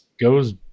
goes